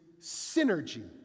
synergy